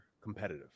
competitive